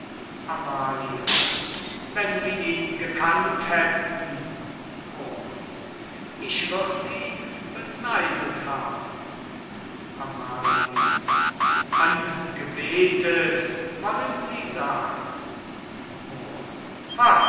amalia wenn sie ihn gekannt hätten moor ich würd ihn beneidet haben amalia angebetet wollen sie sagen moor